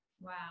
Wow